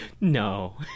No